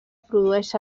produeix